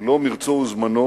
מלוא מרצו וזמנו